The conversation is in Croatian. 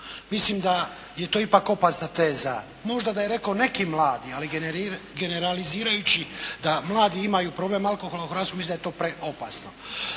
Mislim da je to ipak opasna teza. Možda da je rekao neki mladi ali generalizirajući da mladi imaju problem alkohola u Hrvatskoj, mislim da je to preopasno.